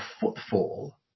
footfall